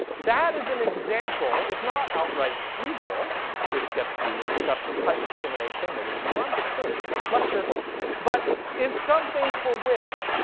that is an example, if not outright evil this gets to a discussion of price discrimination that is beyond the scope of this lecture but is something for which,